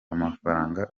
amafaranga